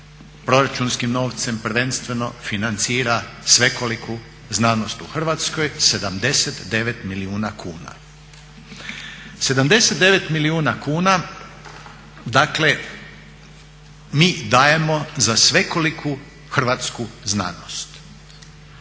proračunskim novcem prvenstveno, financira svekoliku znanost u Hrvatskoj, 79 milijuna kuna. 79 milijuna kuna dakle mi dajemo za svekoliku hrvatsku znanost.